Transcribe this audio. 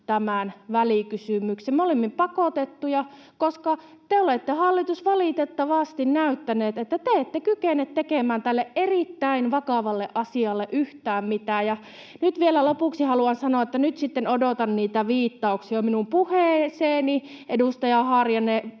tämän välikysymyksen. Me olimme pakotettuja, koska te olette, hallitus, valitettavasti näyttäneet, että te ette kykene tekemään tälle erittäin vakavalle asialle yhtään mitään. Nyt vielä lopuksi haluan sanoa, että nyt sitten odotan niitä viittauksia minun puheeseeni, edustaja Harjanne.